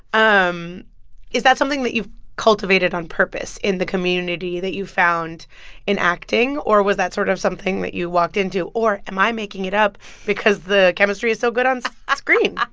um is that something that you've cultivated on purpose in the community that you found in acting, or was that sort of something that you walked into? or am i making it up because the chemistry is so good on ah screen?